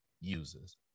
uses